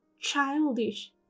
childish